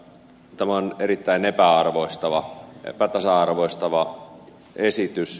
tämä on erittäin epätasa arvoistava esitys